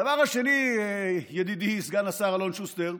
הדבר השני, ידידי סגן השר אלון שוסטר,